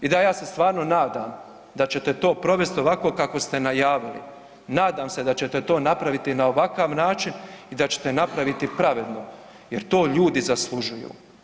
I da, ja se stvarno nadam da ćete to provesti ovako kako ste najavili, nadam se da ćete to napraviti na ovakav način i da ćete napraviti pravedno jer to ljudi zaslužuju.